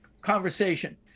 conversation